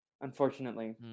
Unfortunately